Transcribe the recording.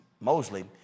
Mosley